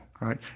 right